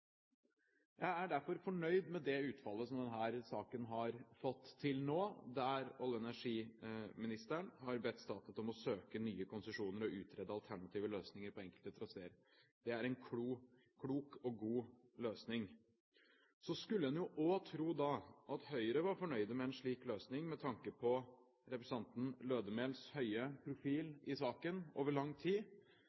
Jeg er derfor fornøyd med det utfallet som denne saken har fått til nå, der olje- og energiministeren har bedt Statnett om å søke nye konsesjoner og utrede alternative løsninger på enkelte traseer. Det er en klok og god løsning. Så skulle en også tro at Høyre var fornøyd med en slik løsning med tanke på representanten Lødemels høye profil